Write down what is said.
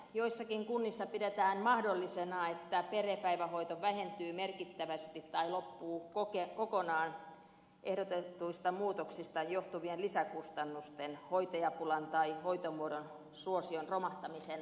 joissakin kunnissa pidetään mahdollisena että perhepäivähoito vähentyy merkittävästi tai loppuu kokonaan ehdotetuista muutoksista johtuvien lisäkustannusten hoitajapulan tai hoitomuodon suosion romahtamisen takia